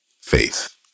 faith